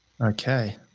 Okay